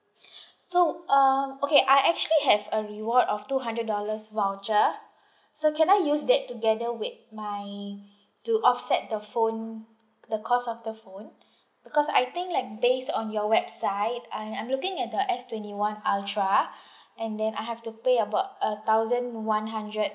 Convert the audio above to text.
so uh okay I actually have a reward of two hundred dollars voucher so can I use that together with my to offset the phone the cost of the phone because I think like based on your website I'm I'm looking at the S twenty one ultra and then I have to pay about a thousand one hundred